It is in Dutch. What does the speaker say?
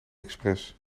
express